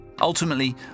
Ultimately